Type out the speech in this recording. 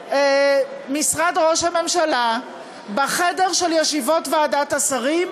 במשרד ראש הממשלה, בחדר של ישיבות ועדת השרים,